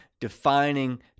defining